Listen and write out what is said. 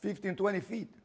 fifteen twenty feet